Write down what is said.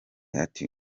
ati